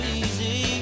easy